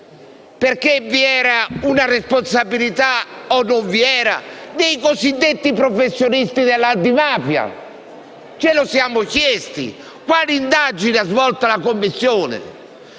perché vi era una responsabilità (o non vi era) dei cosiddetti professionisti dell'antimafia. Ce lo siamo chiesti? Quali indagini ha svolto la Commissione